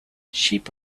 sheep